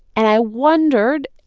and i wondered,